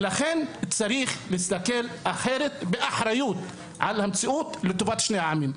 לכן צריך להסתכל ולפעול באחריות לטובת שני העמים.